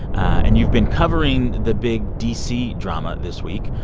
and you've been covering the big d c. drama this week.